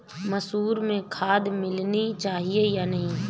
मसूर में खाद मिलनी चाहिए या नहीं?